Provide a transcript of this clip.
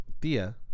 Tia